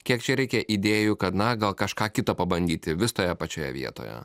kiek čia reikia idėjų kad na gal kažką kita pabandyti vis toje pačioje vietoje